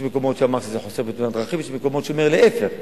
יש מקומות שאמרו שזה חוסך בתאונות דרכים ויש מקומות שאומרים: להיפך,